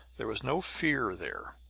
there was no fear there,